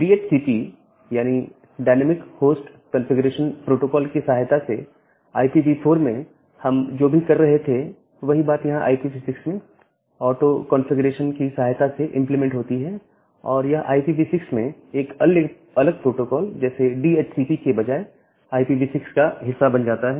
DHCP यानी dynamic host configuration protocol की सहायता से IPv4 में हम जो भी कर रहे थे वही बात यहां IPv6 में ऑटो कॉन्फ़िगरेशन की सहायता से इंप्लीमेंट होती है और यह IPv6 में एक अलग प्रोटोकॉल जैसे डीएचसीपी के बजाय IPv6 का हिस्सा बन जाता है